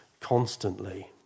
constantly